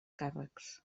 càrrecs